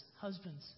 husbands